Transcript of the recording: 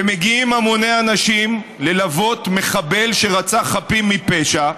ומגיעים המוני אנשים ללוות מחבל שרצח חפים מפשע,